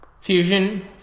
Fusion